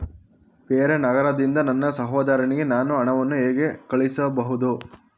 ಬೇರೆ ನಗರದಿಂದ ನನ್ನ ಸಹೋದರಿಗೆ ನಾನು ಹಣವನ್ನು ಹೇಗೆ ಕಳುಹಿಸಬಹುದು?